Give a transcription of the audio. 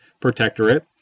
protectorate